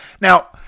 Now